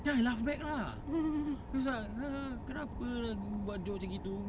then I laugh back lah he was like ha ha kenapa lah buat joke macam gitu